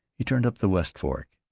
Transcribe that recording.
he turned up the west fork,